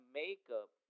makeup